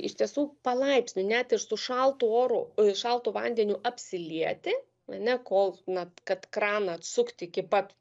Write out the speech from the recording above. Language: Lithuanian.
iš tiesų palaipsniui net ir su šaltu oru šaltu vandeniu apsilieti ane kol na kad kraną atsukt iki pat